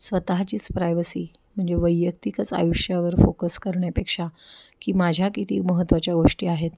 स्वतःचीच प्रायवसी म्हणजे वैयक्तिकच आयुष्यावर फोकस करण्यापेक्षा की माझ्या किती महत्त्वाच्या गोष्टी आहेत